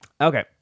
Okay